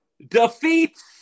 Defeats